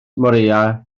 moreau